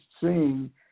seeing